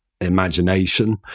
imagination